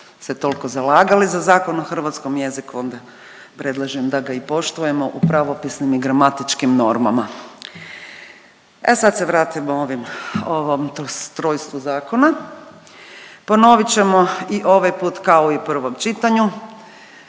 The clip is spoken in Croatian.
se toliko zalagali za zakon o hrvatskom jeziku onda predlažem da ga i poštujemo u pravopisnim i gramatičkim normama. A sad se vratimo ovom trojstvu zakona, ponovit ćemo i ovaj put kao i u prvom čitanju,